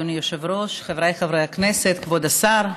אדוני היושב-ראש, חבריי חברי הכנסת, כבוד השר,